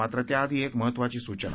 मात्र त्याआधी एक महत्त्वाची सूचना